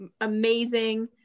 amazing